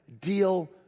deal